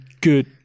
good